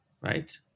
right